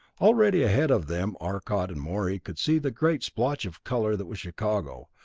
already ahead of them arcot and morey could see the great splotch of color that was chicago,